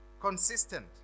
consistent